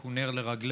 הוא נר לרגליך